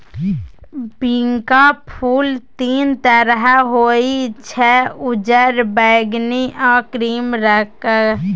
बिंका फुल तीन तरहक होइ छै उज्जर, बैगनी आ क्रीम रंगक